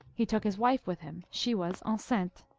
he took his wife with him she was enceinte.